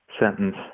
sentence